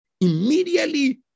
Immediately